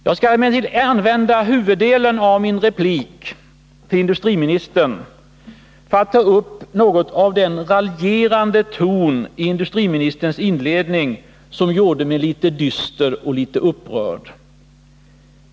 Jag skall emellertid nu använda huvuddelen av min replik till industriministern för att något beröra den raljerande ton i industriministerns inledning som gjorde mig litet dyster och litet upprörd.